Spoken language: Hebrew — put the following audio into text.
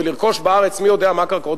ולרכוש בארץ מי יודע מה קרקעות,